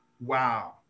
wow